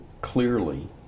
clearly